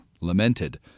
lamented